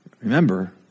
remember